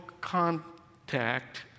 contact